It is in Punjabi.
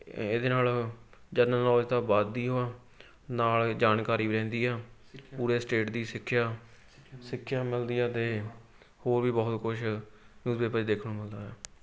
ਇਹਦੇ ਨਾਲ ਜਨਰਲ ਨੌਲੇਜ ਤਾਂ ਵਧ ਦੀ ਓ ਆ ਨਾਲ ਜਾਣਕਾਰੀ ਵੀ ਰਹਿੰਦੀ ਆ ਪੂਰੇ ਸਟੇਟ ਦੀ ਸਿੱਖਿਆ ਸਿੱਖਿਆ ਮਿਲਦੀ ਹੈ ਅਤੇ ਹੋਰ ਵੀ ਬਹੁਤ ਕੁਝ ਨਿਊਜ਼ਪੇਪਰ 'ਚ ਦੇਖਣ ਨੂੰ ਮਿਲਦਾ ਹੈ